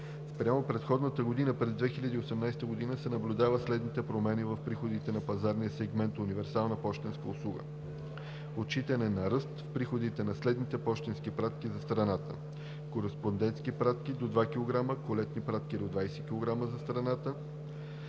Спрямо предходната година през 2018 г. се наблюдават следните промени в приходите на пазарния сегмент УПУ: - отчитане на ръст в приходите на следните пощенски пратки за страната – кореспондентски пратки до 2 кг, колетни пратки до 20 кг за страната.